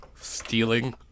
stealing